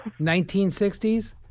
1960s